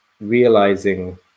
realizing